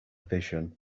vision